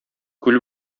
күл